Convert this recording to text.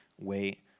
wait